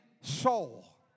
soul